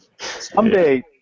Someday